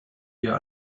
wir